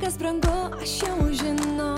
kas brangu aš jau žinau